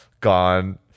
gone